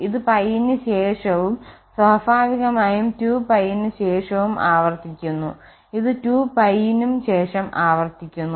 ഇത് π ന് ശേഷവും സ്വാഭാവികമായും 2π ന് ശേഷവും ആവർത്തിക്കുന്നു ഇത് 2π നും ശേഷം ആവർത്തിക്കുന്നു